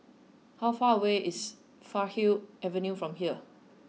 how far away is Farleigh Avenue from here